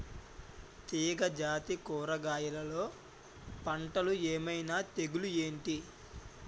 తీగ జాతి కూరగయల్లో పంటలు ఏమైన తెగులు ఏంటి?